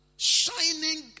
shining